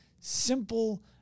simple